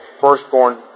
Firstborn